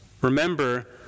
Remember